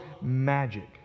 magic